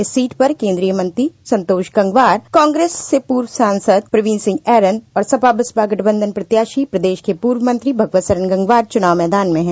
इस सीट पर कोन्द्रीय मंत्री संतोष गंगवार कांग्रेस से पूर्व सांसद प्रवीण सिंह ऐरन और सपा बसपा गंठबंधन प्रत्याशी प्रदेश के पूर्व मंत्री भगवत सरन गंगवार चनाव मैदान में है